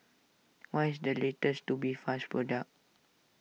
what is the latest Tubifast product